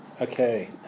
Okay